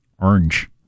Orange